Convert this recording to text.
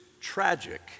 tragic